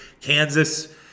Kansas